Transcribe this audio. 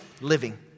living